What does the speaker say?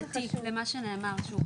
תהיה ישיבת המשך, אני לא יכול להמשיך כרגע.